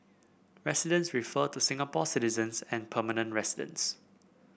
residents refer to Singapore citizens and permanent residents